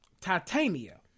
Titania